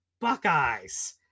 Buckeyes